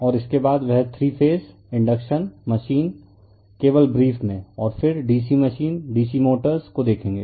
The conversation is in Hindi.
और इसके बाद वह 3 फेज इंडक्शन मशीन केवल ब्रीफ में और फिर डीसी मशीन डीसी मोटर्स को देखेगे